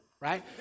right